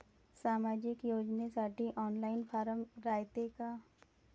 सामाजिक योजनेसाठी online form रायते का?